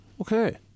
Okay